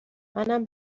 منم